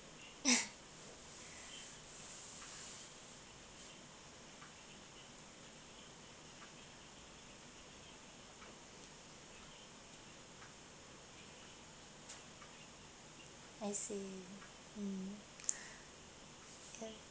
I see mm